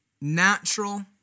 natural